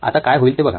आता काय होईल ते बघा